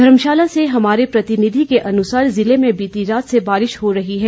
घर्मशाला से हमारे प्रतिनिधि के अनुसार जिले में बीती रात से बारिश हो रही है